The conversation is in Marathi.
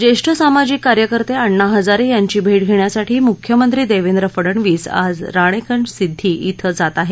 ज्येष्ठ सामाजिक कार्यकर्ते अण्णा हजारे यांची भेट घेण्यासाठी मुख्यमंत्री देवेंद्र फडणवीस आज राळेगणसिद्दी इथं जात आहेत